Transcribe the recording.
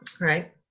Right